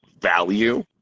value